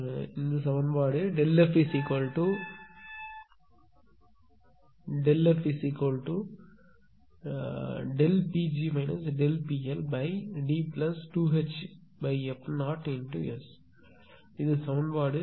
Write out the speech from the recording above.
இது சமன்பாடு ΔfPg ΔPLD2Hf0S இது சமன்பாடு